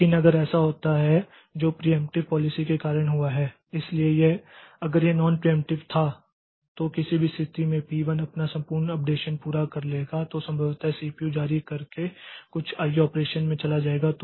लेकिन अगर ऐसा होता है तो इस प्रियेंप्टिव पॉलिसी के कारण ऐसा हुआ है इसलिए अगर यह नॉन प्रियेंप्टिव था तो किसी भी स्थिति में पी 1 अपना संपूर्ण अपडेशन पूरा कर लेगा तो संभवतः यह सीपीयू जारी करके कुछ आईओ ऑपरेशन में चला जाएगा